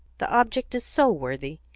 the object is so worthy,